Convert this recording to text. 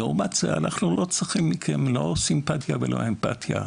לעומת זה אנחנו לא צריכים מכם לא סימפטיה ולא אמפתיה.